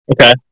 Okay